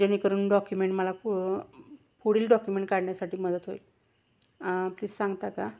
जेणेकरून डॉक्युमेंट मला पु पुढील डॉक्युमेंट काढण्यासाठी मदत होईल प्लीज सांगता का